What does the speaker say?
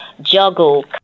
juggle